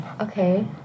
okay